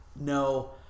no